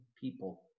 people